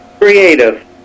Creative